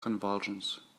convulsions